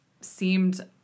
seemed